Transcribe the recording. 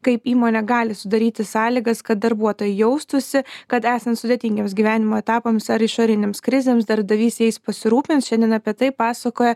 kaip įmonė gali sudaryti sąlygas kad darbuotojai jaustųsi kad esant sudėtingiems gyvenimo etapams ar išorinėms krizėms darbdavys jais pasirūpins šiandien apie tai pasakoja